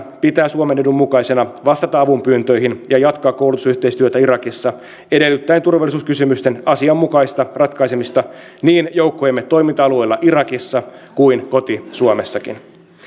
pitää suomen edun mukaisena vastata avunpyyntöihin ja jatkaa koulutusyhteistyötä irakissa edellyttäen turvallisuuskysymysten asianmukaista ratkaisemista niin joukkojemme toiminta alueella irakissa kuin koti suomessakin